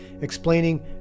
explaining